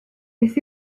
beth